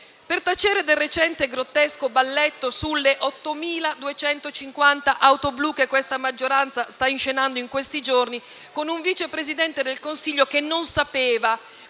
per tacere del recente e grottesco balletto sulle 8.250 auto blu che questa maggioranza sta inscenando in questi giorni, con un Vice presidente del Consiglio che non sapeva,